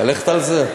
ללכת על זה?